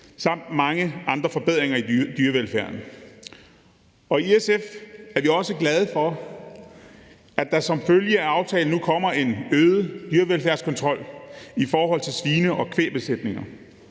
samt mange andre forbedringer i dyrevelfærden. I SF er vi også glade for, at der som følge af aftalen nu kommer en øget dyrevelfærdskontrol i forhold til svine- og kvægbesætninger.